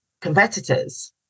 competitors